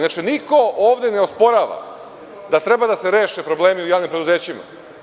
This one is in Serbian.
Niko ovde ne osporava da treba da se reše problemi u javnim preduzećima.